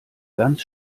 ganz